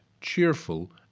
cheerful